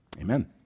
amen